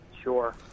sure